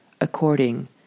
according